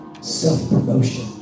self-promotion